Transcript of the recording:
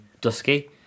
dusky